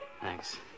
Thanks